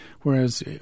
whereas